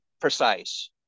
precise